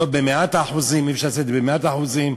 לא במאת האחוזים, אי-אפשר לציין במאת האחוזים,